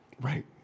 right